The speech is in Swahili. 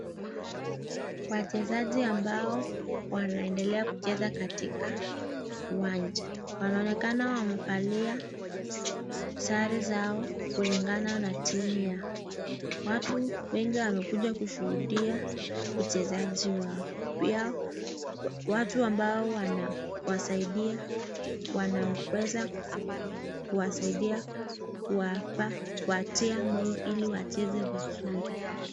Wachezaji ambao wanaendelea kucheza katika uwanja. Wanaonekana wamevalia sare zao kulingana na timu yao. Watu wengi wamekuja kushuhudia uchezaji wao pia watu ambao wanawasaidia wanaweza kuwasaidia kuwa tia moyo ili wacheze vizuri.